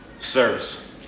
service